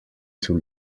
till